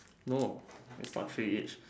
no that's not three it's